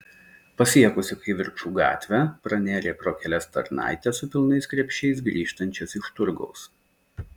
pasiekusi kivirčų gatvę pranėrė pro kelias tarnaites su pilnais krepšiais grįžtančias iš turgaus